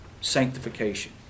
sanctification